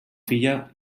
filla